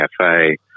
cafe